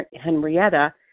Henrietta